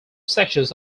sections